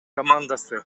командасы